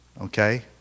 Okay